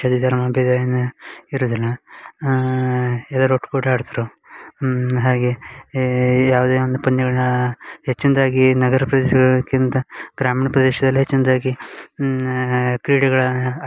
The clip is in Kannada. ಜಾತಿ ಧರ್ಮ ಭೇದ ಏನೂ ಇರುವುದಿಲ್ಲ ಎಲ್ಲರೂ ಒಟ್ಟುಗೂಡಿ ಆಡ್ತ್ರೆ ಹಾಗೆ ಏ ಯಾವುದೇ ಒಂದು ಪಂದ್ಯಗಳನ್ನ ಹೆಚ್ಚಿನದಾಗಿ ನಗರ ಪ್ರದೇಶಗಳಗಿಂತ ಗ್ರಾಮೀಣ ಪ್ರದೇಶದಲ್ಲೇ ಹೆಚ್ಚಿನದಾಗಿ ಕ್ರೀಡೆಗಳು